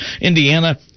Indiana